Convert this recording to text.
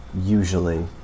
usually